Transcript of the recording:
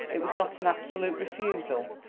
it was not an absolute refusal.